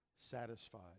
satisfied